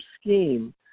scheme